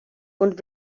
und